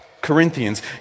Corinthians